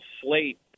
slate